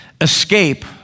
escape